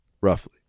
roughly